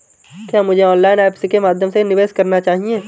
क्या मुझे online apps के माध्यम से निवेश करना चाहिए?